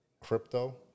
crypto